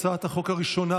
הצעת החוק הראשונה,